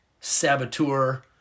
saboteur